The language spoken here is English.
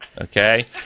okay